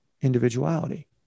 individuality